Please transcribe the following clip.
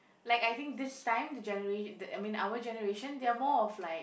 like I think this time the genera~ I mean our generation there are more of like